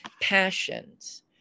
passions